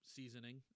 seasoning